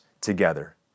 together